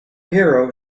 hero